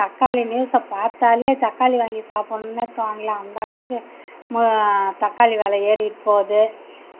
தக்காளி நியூஸ்சை பார்த்தாலே தக்காளி வாங்கி சாப்பின்னுனே தோணலை அந்தளவுக்கு தக்காளி விலை ஏறிகிட்டு போகுது